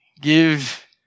Give